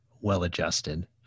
well-adjusted